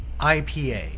IPA